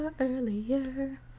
earlier